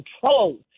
control